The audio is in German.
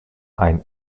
ein